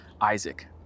Isaac